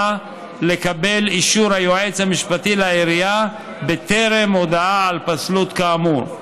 לקבלת אישור היועץ המשפטי לעירייה בטרם הודעה על פסלות כאמור.